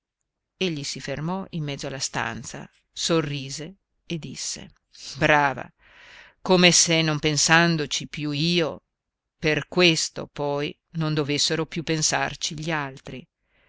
più egli si fermò in mezzo alla stanza sorrise e disse brava come se non pensandoci più io per questo poi non dovessero più pensarci gli altri